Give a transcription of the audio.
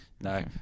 no